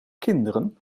kinderen